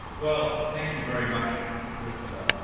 well, thank you very much, christopher.